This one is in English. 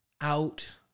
out